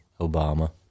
Obama